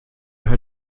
hör